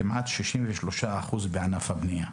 כמעט 63% נפגעו בענף הבנייה.